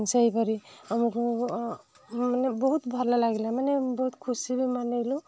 ସେଇପରି ଆମକୁ ମାନେ ବହୁତ ଭଲ ଲାଗିଲା ମାନେ ବହୁତ ଖୁସି ବି ମନେଇଲୁ